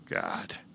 God